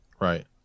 Right